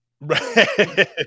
right